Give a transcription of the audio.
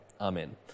Amen